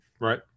Right